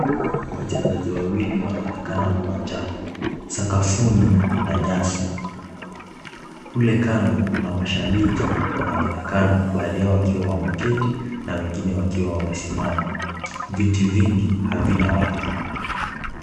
Wachezaji wawili wanaonekana uwanjani. Sakafuni kuna nyasi, kule kando kuna mashabiki wanaoonekana baadhi yao wakiwa wameketi na wengine wakiwa wamesimama. Viti vingi havina watu.